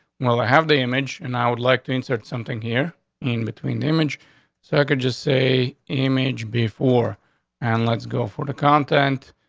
we'll have the image. and i would like to insert something here in between the image so i could just say image before and let's go for the content.